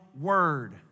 word